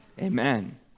Amen